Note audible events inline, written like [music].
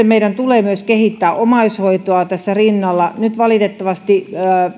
[unintelligible] meidän tulee kehittää myös omaishoitoa tässä rinnalla nyt valitettavasti